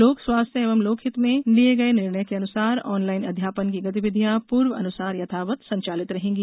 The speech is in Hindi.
लोक स्वास्थ्य एवं लोकहित में लिए गए निर्णय के अनुसार ऑनलाइन अध्यापन की गतिविधियाँ पूर्व अनुसार यथावत संचालित रहेगी